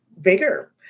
bigger